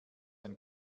ein